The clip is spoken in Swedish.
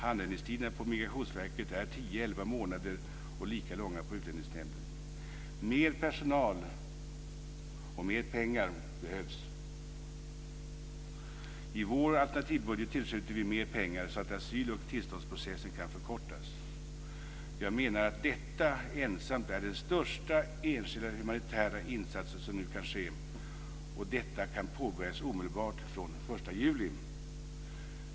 Handläggningstiden på Migrationsverket är 10-11 månader och lika långa i Utlänningsnämnden. Mer personal och mer pengar behövs. I vår alternativbudget tillskjuter vi mer pengar så att asyl och tillståndsprocessen kan förkortas. Detta ensamt är den största enskilda humanitära insatsen som nu kan göras, och det kan påbörjas omedelbart från den 1 juli.